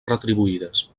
retribuïdes